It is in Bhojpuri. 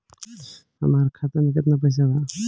हमार खाता मे केतना पैसा बा?